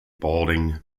balding